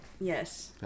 Yes